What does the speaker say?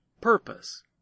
purpose